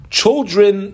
children